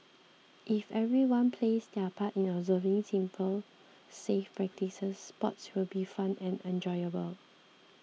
if everyone plays their part in observing simple safe practices sports will be fun and enjoyable